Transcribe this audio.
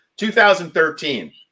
2013